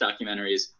documentaries